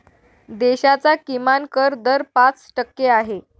देशाचा किमान कर दर पाच टक्के आहे